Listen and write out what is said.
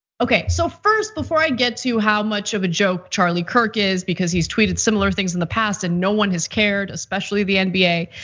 okay, so first before i get to how much of a joke charlie kirk is because he's tweeted similar things in the past and no one has cared especially the nba.